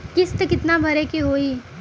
किस्त कितना भरे के होइ?